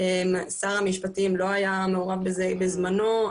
שר המשפטים לא היה מעורב בזה בזמנו,